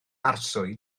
arswyd